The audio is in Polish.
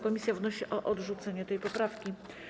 Komisja wnosi o odrzucenie tej poprawki.